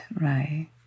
right